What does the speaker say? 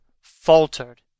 faltered